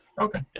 Okay